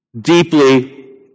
deeply